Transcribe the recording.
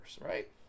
right